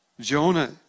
Jonah